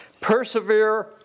persevere